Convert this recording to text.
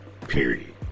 Period